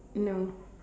no